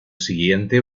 siguiente